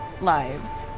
lives